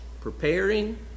preparing